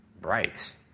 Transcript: Bright